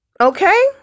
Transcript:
Okay